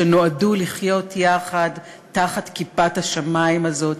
שנועדו לחיות יחד תחת כיפת השמים הזאת.